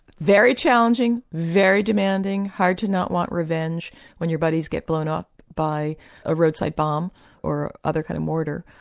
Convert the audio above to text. very challenging, very demanding, hard to not want revenge when you're buddies get blown up by a roadside bomb or other kind of mortar,